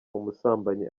umusambanyi